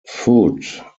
foot